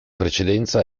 precedenza